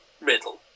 Riddle